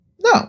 No